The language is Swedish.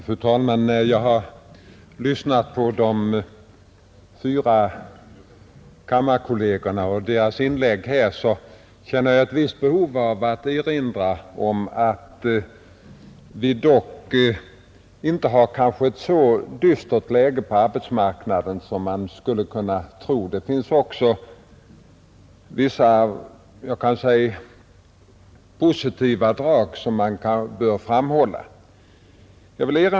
Fru talman! När jag lyssnat till de fyra kammarkollegernas inlägg känner jag ett visst behov att erinra om att vi kanske ändå inte har ett så dystert läge på arbetsmarknaden som man skulle kunna tro. Det finns också vissa positiva drag som bör framhållas.